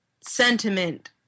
sentiment